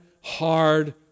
hard